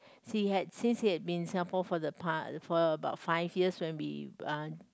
he had since he had been in Singapore for the past for about five years when we uh